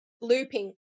looping